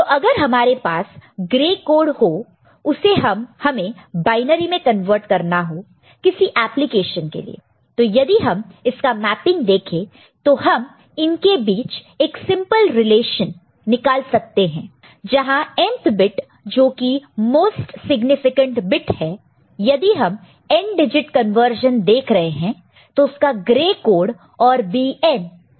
तो अगर हमारे पास ग्रे कोड हो उसे हमें बायनरी में कन्वर्ट करना हो किसी एप्लीकेशन के लिए तो यदि हम इसका मेपिंग देखे तो हम इनके बीच एक सिंपल रिलेशन निकाल सकते हैं जहां nth बिट जो कि मोस्ट सिग्निफिकेंट बिट है यदि हम n डिजिट कन्वर्जन देख रहे हैं तो उसका ग्रे कोड और Bn एकदम सेम होगा